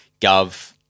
Gov